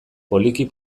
poliki